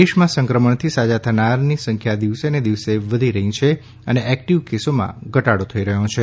દેશમાં સંક્રમણથી સાજા થનારાની સંખ્યા દિવસે ને દિવસે વધી રહી છે અને એક્ટીવ કેસોમાં ઘટાડો થઇ રહ્યો છે